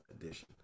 edition